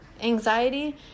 Anxiety